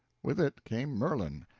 with it came merlin,